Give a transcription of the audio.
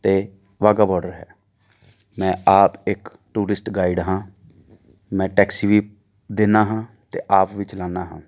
ਅਤੇ ਵਾਹਗਾ ਬੋਡਰ ਹੈ ਮੈਂ ਆਪ ਇੱਕ ਟੂਰਿਸਟ ਗਾਈਡ ਹਾਂ ਮੈਂ ਟੈਕਸੀ ਵੀ ਦਿੰਦਾ ਹਾਂ ਅਤੇ ਆਪ ਵੀ ਚਲਾਉਂਦਾ ਹਾਂ